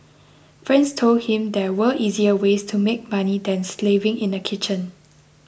friends told him there were easier ways to make money than slaving in a kitchen